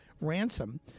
Ransom